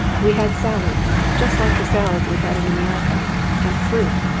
we had salads just like the salads we had in america and fruit,